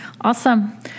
Awesome